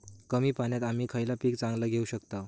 कमी पाण्यात आम्ही खयला पीक चांगला घेव शकताव?